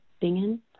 Bingen